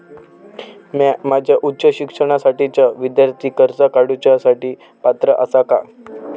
म्या माझ्या उच्च शिक्षणासाठीच्या विद्यार्थी कर्जा काडुच्या साठी पात्र आसा का?